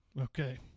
Okay